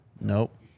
Nope